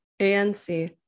ANC